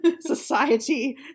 society